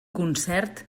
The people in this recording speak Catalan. concert